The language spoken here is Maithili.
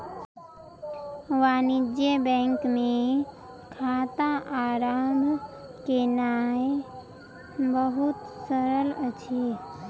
वाणिज्य बैंक मे खाता आरम्भ केनाई बहुत सरल अछि